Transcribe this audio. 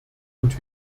und